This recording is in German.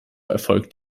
erfolgt